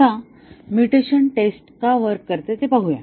आता mutation test का work करते ते पाहूया